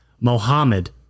Mohammed